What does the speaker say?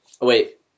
Wait